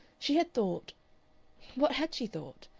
she had thought what had she thought?